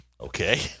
Okay